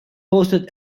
posted